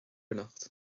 anocht